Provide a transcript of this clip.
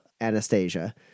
Anastasia